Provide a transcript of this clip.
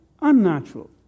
unnatural